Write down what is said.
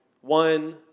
one